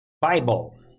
Bible